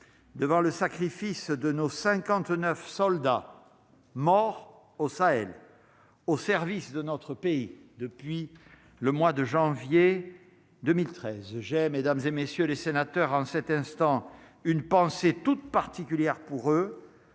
devant le sacrifice de nos 59 soldats morts au Sahel au service de notre pays depuis le mois de janvier 2013 j'ai mesdames et messieurs les sénateurs, en cet instant une pensée toute particulière pour eux,